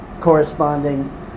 corresponding